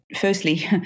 firstly